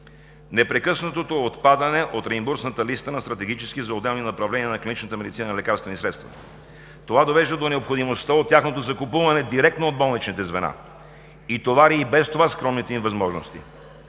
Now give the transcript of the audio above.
Непрекъснатото отпадане от реимбурсната листа на стратегически за отделни направления на клиничната медицина лекарствени средства – това довежда до необходимостта от тяхното закупуване директно от болничните звена и товари и без това скромните им възможности.